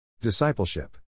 Discipleship